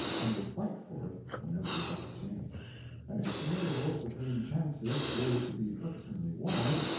and would fight for it whenever he got the chance and if the intervals between chances grew to be irksomely wide,